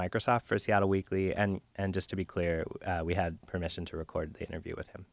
microsoft for seattle weekly and and just to be clear we had permission to record the interview with him